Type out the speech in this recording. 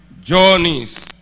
journeys